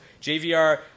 JVR